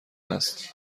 است